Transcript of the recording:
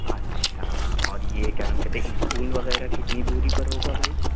اچھا اور یہ کیا نام کہتے اسکول وغیرہ کتنی دوری پر ہوگا بھائی